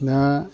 दा